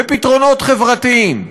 בפתרונות חברתיים.